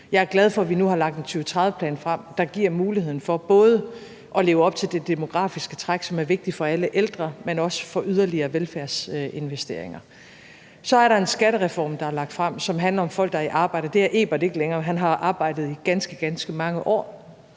Jeg er også glad for, at vi nu har lagt en 2030-plan frem, der giver muligheden for at leve op til det demografiske træk, hvilket er vigtigt for alle ældre, men også for yderligere velfærdsinvesteringer. Så er der en skattereform, der er lagt frem, som handler om folk, der er i arbejde. Det er Ebert ikke længere. Han har arbejdet i ganske, ganske mange år.